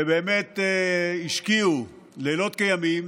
שהשקיעו לילות כימים